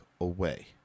away